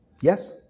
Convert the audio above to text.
Yes